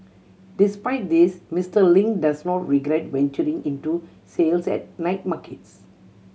despite this Mister Ling does not regret venturing into sales at night markets